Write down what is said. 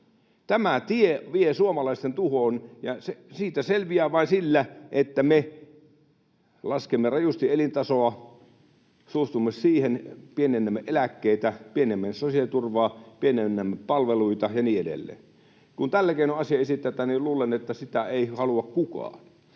Tämä tie vie suomalaisten tuhoon, ja siitä selviää vain sillä, että me laskemme rajusti elintasoa, suostumme siihen, pienennämme eläkkeitä, pienennämme sosiaaliturvaa, pienennämme palveluita ja niin edelleen. Kun tällä keinoin asia esitetään, niin luulen, että sitä ei halua kukaan.